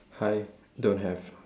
hi don't have